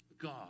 God